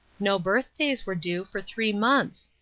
no birthdays were due for three months.